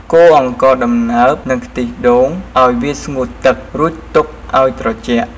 កូរអង្ករដំណើបនិងខ្ទិះដូងឱ្យវាស្ងួតទឹករួចទុកឱ្យត្រជាក់។